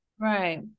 Right